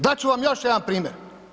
Dat ću vam još jedan primjer.